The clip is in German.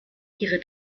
ihre